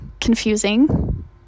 confusing